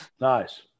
Nice